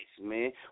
man